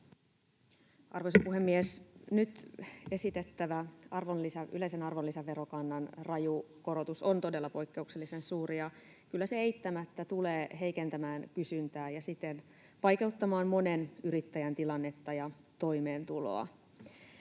Arvoisa puhemies! Nyt esitettävä yleisen arvonlisäverokannan raju korotus on todella poikkeuksellisen suuri, ja kyllä se eittämättä tulee heikentämään kysyntää ja siten vaikeuttamaan monen yrittäjän tilannetta ja toimeentuloa.